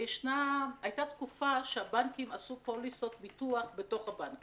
הייתה תקופה שהבנקים עשו פוליסות ביטוח בתוך הבנקים.